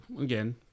again